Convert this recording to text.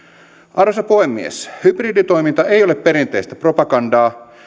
arvoisa puhemies hybriditoiminta ei ole perinteistä propagandaa